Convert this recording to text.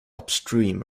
upstream